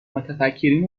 متفکرین